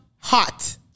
hot